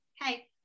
hey